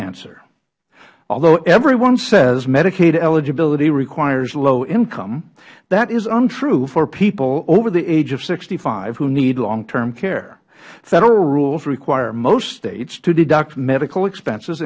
answer although everyone says medicaid eligibility requires low income that is untrue for people over the age of sixty five who need long term care federal rules require most states to deduct medical expenses